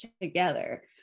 together